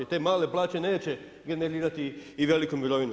I te male plaće neće generirati i veliku mirovinu.